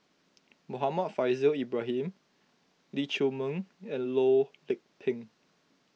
Muhammad Faishal Ibrahim Lee Chiaw Meng and Loh Lik Peng